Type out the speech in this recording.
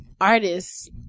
artists